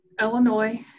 Illinois